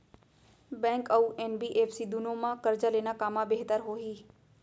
Bank अऊ NBFC दूनो मा करजा लेना कामा बेहतर होही?